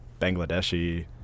Bangladeshi